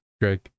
Greg